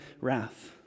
wrath